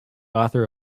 author